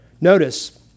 Notice